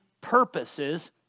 purposes